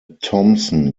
thompson